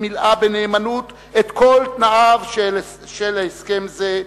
מילאה בנאמנות את כל תנאיו של הסכם זה,